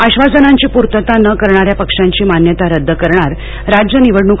आधासनांची पूर्तता न करणाऱ्या पक्षांची मान्यता रद्द करणार राज्य निवडणूक